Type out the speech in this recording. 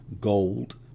Gold